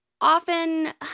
often